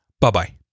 bye-bye